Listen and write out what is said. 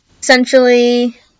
essentially